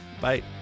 Bye